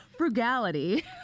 Frugality